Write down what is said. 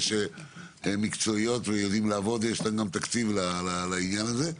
שהן מקצועיות ויודעות לעבוד ויש להן גם תקציב לעניין הזה.